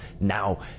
now